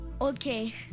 Okay